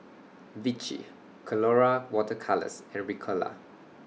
Vichy Colora Water Colours and Ricola